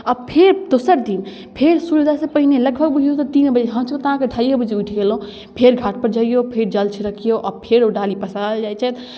आओर फेर दोसर दिन फेर सूर्योदयसँ पहिनहि लगभग बुझू जे तीन बजे हमसब तऽ अढ़ाइए बजे उठि गेलहुँ फेर घाटपर जइऔ फेर जल छिड़किऔ आओर फेर ओ डाली पसारल जाइ छै